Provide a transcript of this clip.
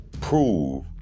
prove